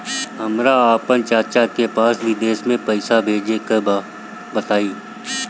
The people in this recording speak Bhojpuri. हमरा आपन चाचा के पास विदेश में पइसा भेजे के बा बताई